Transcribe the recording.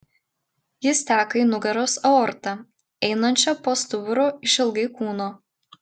jis teka į nugaros aortą einančią po stuburu išilgai kūno